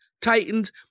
Titans